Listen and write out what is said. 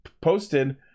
posted